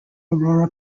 aurora